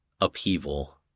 upheaval